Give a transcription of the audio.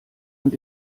und